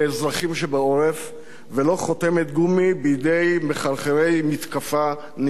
שבעורף ולא חותמת גומי בידי מחרחרי מתקפה נמהרת.